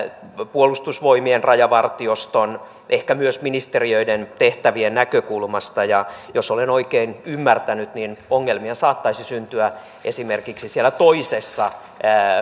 puolustusvoimien rajavartioston ehkä myös ministeriöiden tehtävien näkökulmasta jos olen oikein ymmärtänyt niin ongelmia saattaisi syntyä esimerkiksi siellä toisessa